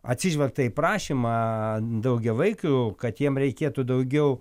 atsižvelgta į prašymą daugiavaikių kad jiem reikėtų daugiau